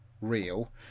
real